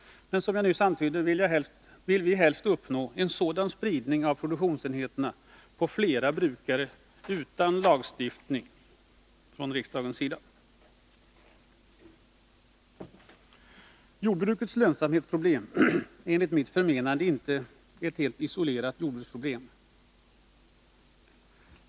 Men som jag nyss antydde vill vi helst uppnå en sådan spridning av produktionsenheterna på flera jordbrukare utan lagstiftning i riksdagen. Jordbrukets lönsamhetsproblem är enligt mitt förmenande inte ett helt isolerat jordbruksproblem.